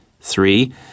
Three